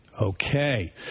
Okay